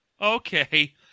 Okay